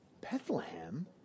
Bethlehem